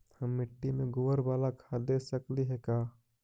हम मिट्टी में गोबर बाला खाद दे सकली हे का?